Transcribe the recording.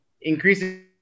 Increasing